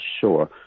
sure